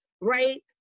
right